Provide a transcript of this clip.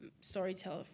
storyteller